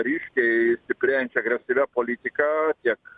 ryškiai stiprėjančia agresyvia politika tiek